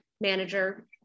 manager